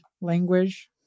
language